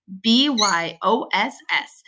B-Y-O-S-S